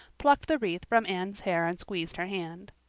plucked the wreath from anne's hair and squeezed her hand.